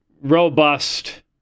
robust